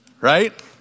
Right